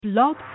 Blog